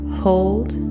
hold